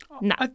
No